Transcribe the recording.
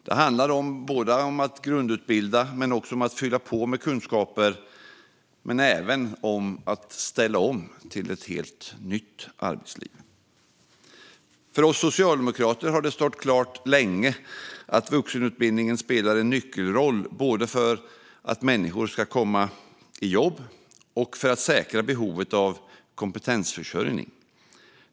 Det handlar om att grundutbilda sig men också om att fylla på med kunskaper och även om att ställa om till ett helt nytt arbetsliv. För oss socialdemokrater har det länge stått klart att vuxenutbildningen spelar en nyckelroll både för att människor ska komma i jobb och för att säkra behovet av kompetensförsörjning.